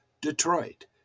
Detroit